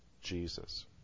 Jesus